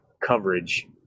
coverage